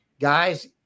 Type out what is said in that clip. guys –